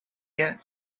you